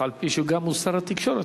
אף-על-פי שהוא גם שר התקשורת,